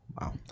Wow